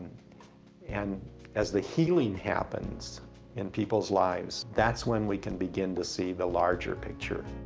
and as the healing happens in people's lives, that's when we can begin to see the larger picture.